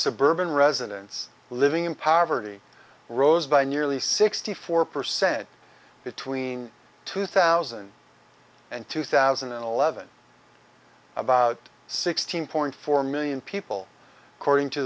suburban residents living in poverty rose by nearly sixty four percent between two thousand and two thousand and eleven about sixteen point four million people according to